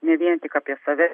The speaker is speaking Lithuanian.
ne vien tik apie save